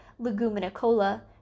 leguminicola